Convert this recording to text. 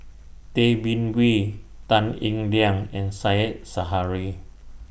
Tay Bin Wee Tan Eng Liang and Said Zahari